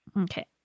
Okay